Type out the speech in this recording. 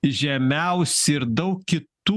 žemiausi ir daug kitų